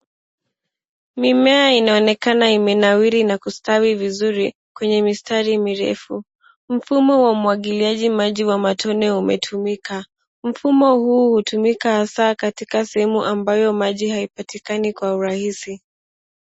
Mimea inaonekana imenawili na kustawi vizuri kwenye mistari mirefu. Mfumo wa umwagiliaji wa maji matone umetumika. Mfumo huu hutumika hasa katika sehemu ambayo maji hayapatikani kwa urahisi.